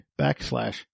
backslash